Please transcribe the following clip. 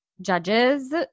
judges